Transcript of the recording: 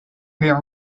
hear